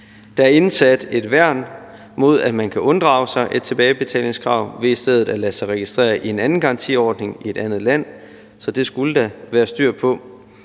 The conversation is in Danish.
Der er indsat et værn mod, at man kan unddrage sig et tilbagebetalingskrav ved i stedet at lade sig registrere i en anden garantiordning i et andet land, så det skulle der være styr på.